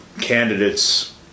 candidates